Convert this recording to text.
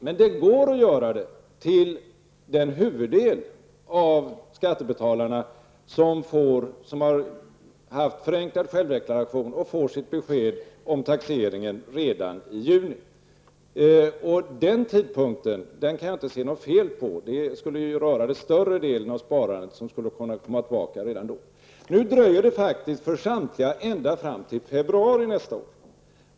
Men det går att återbetala till den huvuddel av skattebetalarna som har haft förenklad självdeklaration och får sitt besked om taxeringen redan i juni. Jag kan inte se något fel i den tidpunkten. Större delen av sparandet skulle kunna betalas tillbaka redan då. Nu dröjer det för samtliga ända fram till februari nästa år.